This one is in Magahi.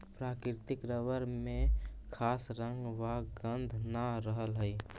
प्राकृतिक रबर में खास रंग व गन्ध न रहऽ हइ